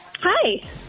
Hi